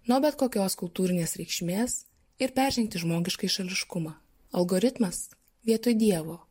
nuo bet kokios kultūrinės reikšmės ir peržengti žmogiškąjį šališkumą algoritmas vietoj dievo